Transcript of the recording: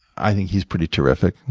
i think he's pretty terrific.